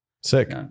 sick